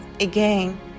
again